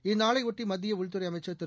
இந்நாளையொட்டி மத்திய உள்துறை அமைச்சர் திரு